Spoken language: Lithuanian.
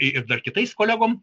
ir dar kitais kolegom